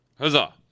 Huzzah